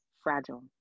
fragile